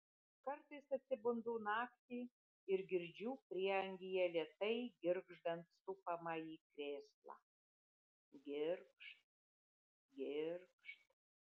kartais atsibundu naktį ir girdžiu prieangyje lėtai girgždant supamąjį krėslą girgžt girgžt